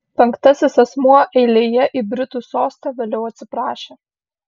penktasis asmuo eilėje į britų sostą vėliau atsiprašė